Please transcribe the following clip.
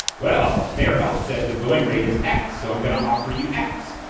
well, their health says the going rate is x, so i'm gonna offer you x.